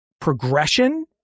progression